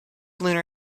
lunar